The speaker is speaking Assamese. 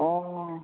অঁ